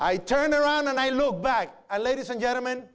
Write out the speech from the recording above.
i turn around and i look back at ladies and gentlem